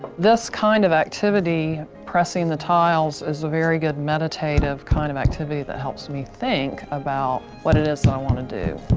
this kind of activity, pressing the tiles, is very good meditative kind of activity that helps me think about what it is that i want to do.